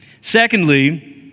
Secondly